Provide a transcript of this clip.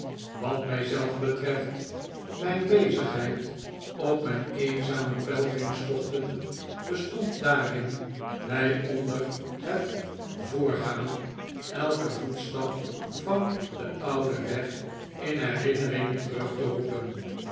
wat mijzelf betreft mijn bezigheid op mijn eenzame pelgrimstochten bestond daarin mij onde'r het voortgaan elken voetstap van den ouden weg in de herinnering terug te roepen